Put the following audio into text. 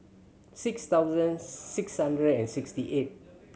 six thousand six hundred and sixty eight